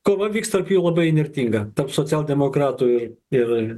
kova vyks tarp jų labai įnirtinga tarp socialdemokratų ir ir